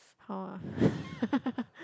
how ah